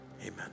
Amen